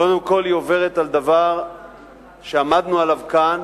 קודם כול, היא עוברת על דבר שעמדנו עליו כאן